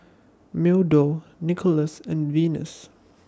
Meadow Nikolas and Venus